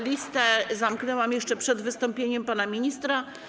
Listę zamknęłam jeszcze przed wystąpieniem pana ministra.